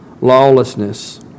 lawlessness